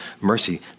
mercy